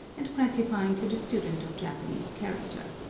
and gratifying to the student of japanese character.